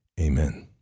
Amen